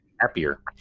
happier